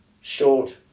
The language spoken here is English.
Short